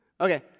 Okay